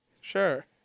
Sure